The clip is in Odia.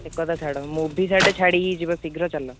ସେ କଥା ଛାଡ଼ ମୁଭି ସିୟାଡ଼େ ଛାଡ଼ି ହୋଇଯିବ ଶୀଘ୍ର ଚାଲ